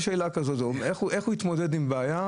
איך הוא התמודד עם בעיה?